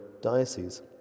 diocese